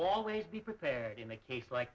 always be prepared in a case like